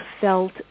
felt